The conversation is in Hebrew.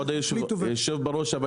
היושב-ראש,